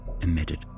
emitted